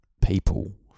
people